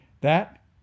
That